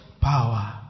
Power